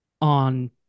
on